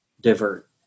divert